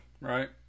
right